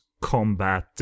combat